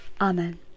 Amen